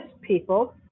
people